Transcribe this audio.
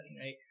right